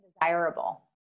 desirable